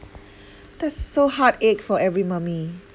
that's so heartache for every mummy